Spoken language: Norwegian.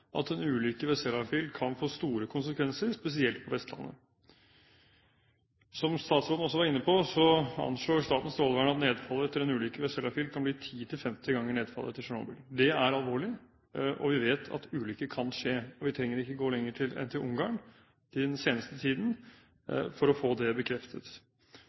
at en ulykke ved Sellafield kan få store konsekvenser, spesielt for Vestlandet. Som statsråden også var inne på, anslår Statens strålevern at nedfallet etter en ulykke ved Sellafield kan bli 10–50 ganger nedfallet etter Tsjernobyl. Det er alvorlig. Vi vet at ulykker kan skje. Vi trenger ikke å gå lenger enn til Ungarn den seneste tiden for å få det bekreftet.